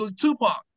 Tupac